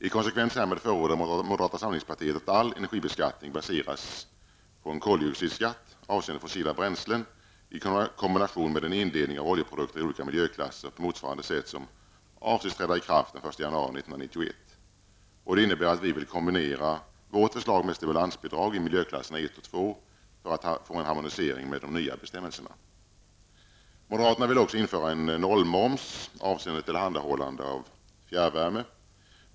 I konsekvens härmed förordar moderata samlingspartiet att all energibeskattning baseras på en koldioxidskatt avseende fossila bränslen i kombination med en indelning av oljeprodukter i olika miljöklasser på motsvarande sätt som avses träda i kraft den 1 januari 1991. Det innebär att vi vill kombinera vårt förslag med stimulansbidrag i miljöklasserna 1 och 2 för att få en harmonisering med de nya bestämmelserna. Moderaterna vill alltså införa nollmoms avseende tillhandahållande av fjärrvärme.